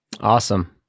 Awesome